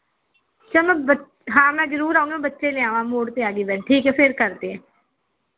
ਚਲੋ ਹਾਂ ਮੈਂ ਜ਼ਰੂਰ ਆਉਂ ਬੱਚੇ ਲਿਆਵਾਂ ਮੋੜ 'ਤੇ ਆ ਗਈ ਵੈਨ ਠੀਕ ਆ ਫਿਰ ਕਰਦੀ ਹਾਂ